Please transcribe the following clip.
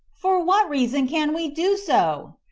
for what reason can we do so?